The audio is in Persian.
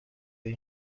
این